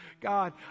God